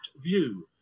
view